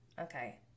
Okay